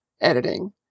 editing